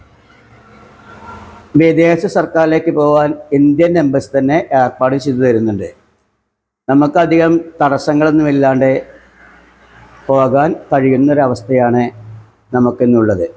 വിദേശ സർക്കാരിലേക്കു പോകാൻ ഇന്ത്യൻ എമ്പസി തന്നെ ഏർപ്പാടു ചെയ്തു തരുന്നുണ്ട് നമുക്കധികം തടസ്സങ്ങളൊന്നും ഇല്ലാണ്ടെ പോകാൻ കഴിയുന്നൊരവസ്ഥയാണ് നമുക്കിന്നുള്ളത്